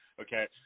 Okay